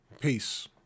Peace